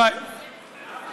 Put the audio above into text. למה אתה עושה איתם שיתוף פעולה?